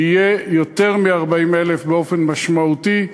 יהיו יותר מ-40,000 באופן משמעותי,